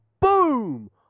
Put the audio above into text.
Boom